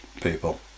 people